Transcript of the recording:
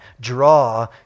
draw